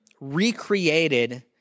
recreated